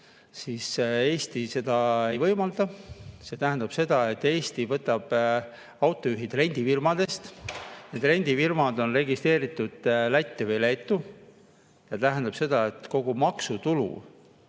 siis Eesti seda ei võimalda. Eesti võtab autojuhid rendifirmadest. Need rendifirmad on registreeritud Lätti või Leetu. See tähendab seda, et kogu maksutulu